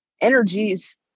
energies